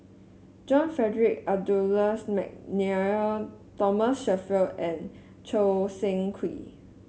John Frederick Adolphus McNair Thomas Shelford and Choo Seng Quee